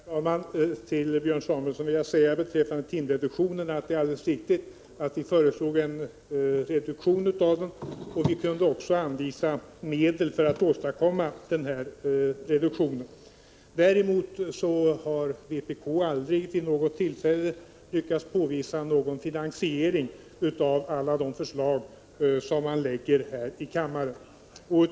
Herr talman! Jag vill till Björn Samuelson säga beträffande timreduktionerna att det är alldeles riktigt att vi föreslog en reduktion. Vi kunde också anvisa medel för att åstadkomma den reduktionen. Däremot har vpk aldrig vid något tillfälle lyckats påvisa någon finansiering av alla de förslag som partiet lägger fram här i riksdagen.